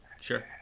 Sure